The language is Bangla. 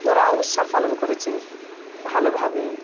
ওরা উৎসব পালন করেছে ভালোভাবে